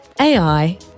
AI